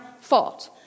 fault